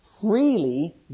freely